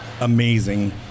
amazing